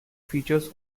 features